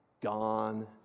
gone